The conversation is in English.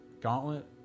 Gauntlet